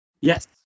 Yes